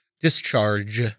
discharge